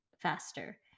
faster